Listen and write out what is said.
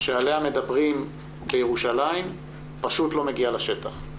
עליה מדברים בירושלים, פשוט לא מגיעה לשטח.